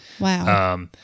Wow